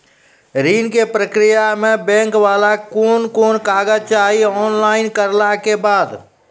ऋण के प्रक्रिया मे बैंक वाला के कुन कुन कागज चाही, ऑनलाइन करला के बाद?